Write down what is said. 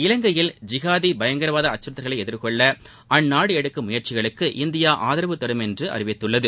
இலங்கையில் ஜிகாதி பயங்கரவாத அச்சுறுத்தல்களை எதிர்கொள்ள அந்நாடு எடுக்கும் முயற்சிகளுக்கு இந்தியா ஆதரவு தரும் என்று அறிவித்துள்ளது